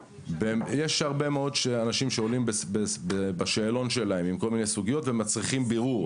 יש הרבה מאוד שעונים בשאלון שלהם על כל מיני סוגיות ומצריכים בירור.